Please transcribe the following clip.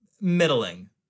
middling